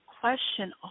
question